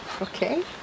Okay